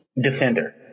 defender